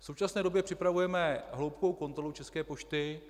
V současné době připravujeme hloubkovou kontrolu České pošty.